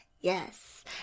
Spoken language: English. yes